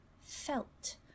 felt